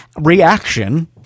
reaction